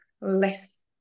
less